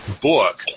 Book